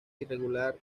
irregular